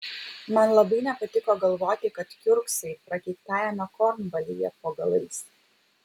man labai nepatiko galvoti kad kiurksai prakeiktajame kornvalyje po galais